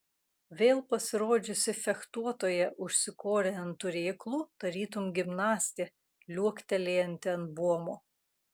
vėl pasirodžiusi fechtuotoja užsikorė ant turėklų tarytum gimnastė liuoktelėjanti ant buomo